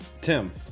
tim